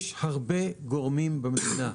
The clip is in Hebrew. יש הרבה גורמים במדינה.